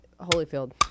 Holyfield